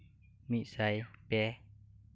ᱢᱤᱫᱽᱥᱟᱭ ᱯᱮ